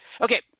okay